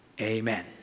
amen